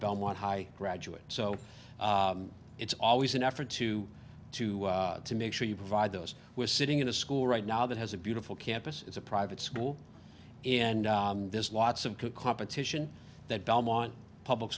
belmont high graduate so it's always an effort to to to make sure you provide those who are sitting in a school right now that has a beautiful campus is a private school and there's lots of competition that belmont public